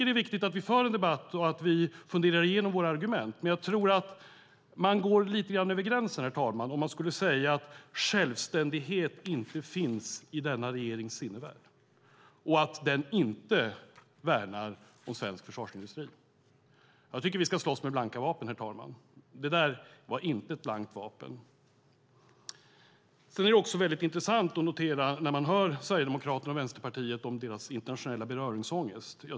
Det är viktigt att vi för en debatt och funderar igenom våra argument, men man går lite över gränsen när man säger att självständighet inte finns i denna regerings sinnevärld och att den inte värnar om svensk försvarsindustri. Vi ska slåss med blanka vapen, herr talman. Det där var inte ett blankt vapen. Det är också intressant att notera Sverigedemokraternas och Vänsterpartiets internationella beröringsångest.